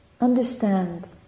understand